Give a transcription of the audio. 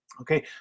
Okay